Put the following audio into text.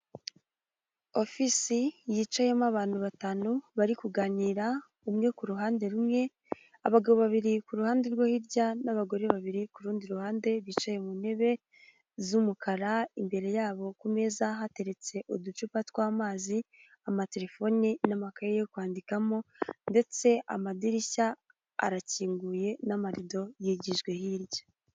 Ofisi yicayemo abantu batanu bari kuganira, umwe ku ruhande rumwe, abagabo babiri ku ruhande rwo hirya n'abagore babiri ku rundi ruhande. Bicaye mu ntebe z'umukara, imbere yabo ku meza hateretse uducupa tw'amazi, amatelefone n'amakaye yo kwandikamo ndetse amadirishya arakinguye n'amarido yigijwe hirya.